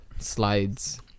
Slides